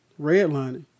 redlining